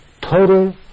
total